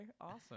awesome